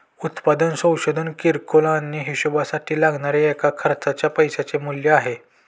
उत्पादन संशोधन किरकोळ आणि हीशेबासाठी लागणाऱ्या एका खर्चाच्या पैशाचे मूल्य आहे